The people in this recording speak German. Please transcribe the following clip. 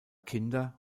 kinder